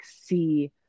see